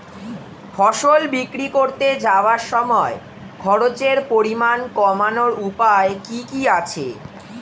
ফসল বিক্রি করতে যাওয়ার সময় খরচের পরিমাণ কমানোর উপায় কি কি আছে?